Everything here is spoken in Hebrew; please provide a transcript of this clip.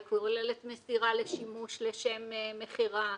היא כוללת מסירה לשימוש לשם מכירה,